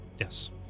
Yes